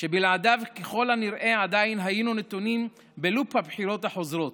שבלעדיו ככל הנראה עדיין היינו נתונים בלופ הבחירות החוזרות,